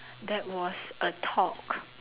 that was a talk